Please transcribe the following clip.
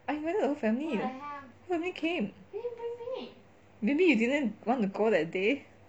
I invited the whole family who am I kidding maybe you didn't want to go that day